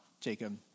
Jacob